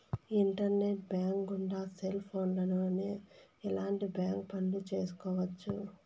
internet bank గుండా cell ఫోన్లోనే ఎలాంటి బ్యాంక్ పనులు చేసుకోవచ్చు